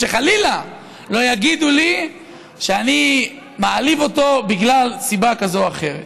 כדי שחלילה לא יגידו לי שאני מעליב אותו בגלל סיבה כזאת או אחרת.